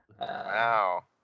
Wow